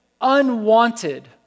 unwanted